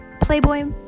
playboy